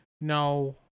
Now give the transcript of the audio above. No